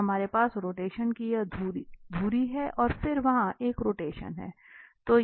तो हमारे पास रोटेशन की यह धुरी है और फिर वहां एक रोटेशन है